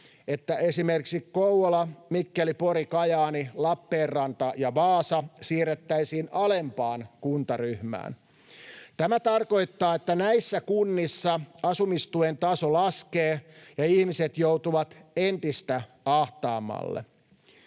että esimerkiksi Kouvola, Mikkeli, Pori, Kajaani, Lappeenranta ja Vaasa siirrettäisiin alempaan kuntaryhmään. Tämä tarkoittaa, että näissä kunnissa asumistuen taso laskee ja ihmiset joutuvat entistä ahtaammalle.